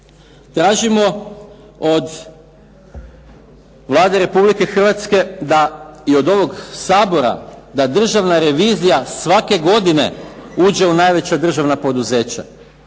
tražimo od Vlade RH da i od ovog Sabora da Državna revizija svake godine uđe u najveća državna poduzeća.